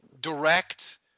direct